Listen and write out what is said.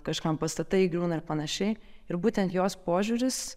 kažkam pastatai griūna ir panašiai ir būtent jos požiūris